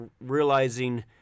realizing